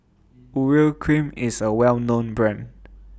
Urea Cream IS A Well known Brand